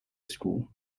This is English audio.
school